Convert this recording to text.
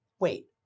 Wait